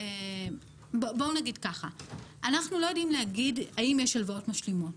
אנחנו לא יודעים להגיד האם יש הלוואות משלימות.